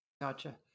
Gotcha